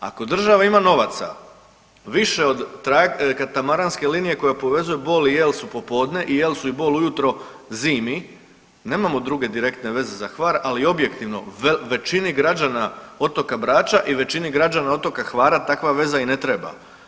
Ako država ima novaca više od katamaranske linije koja povezuje Bol i Jelsu popodne i Jelsu i Bol ujutro zimi nemamo druge direktne veze za Hvar, ali objektivno većini građana otoka Brača i većini građana otoka Hvara takva veza i ne treba.